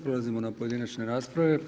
Prelazimo na pojedinačne rasprave.